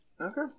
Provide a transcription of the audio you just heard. Okay